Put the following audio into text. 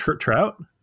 Trout